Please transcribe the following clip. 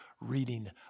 reading